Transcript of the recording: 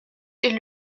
est